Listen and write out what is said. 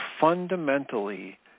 fundamentally